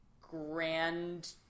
Grand